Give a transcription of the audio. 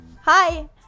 Hi